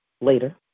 later